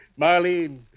Marlene